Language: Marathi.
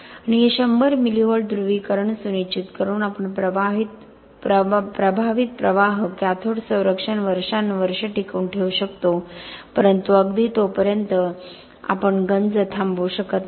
आणि हे १०० मिली व्होल्ट ध्रुवीकरण सुनिश्चित करून आपण प्रभावित प्रवाह कॅथोड संरक्षण वर्षानुवर्षे टिकवून ठेवू शकतो परंतु अगदी तोपर्यंत आपण गंज थांबवू शकत नाही